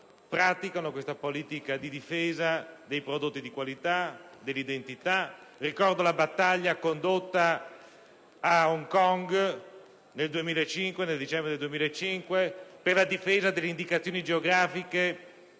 praticano una politica di difesa dei prodotti di qualità e dell'identità. Ricordo al riguardo la battaglia condotta ad Hong Kong, nel dicembre 2005, per la difesa delle indicazioni geografiche